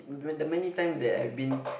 the many times that I have been